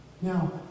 Now